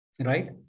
Right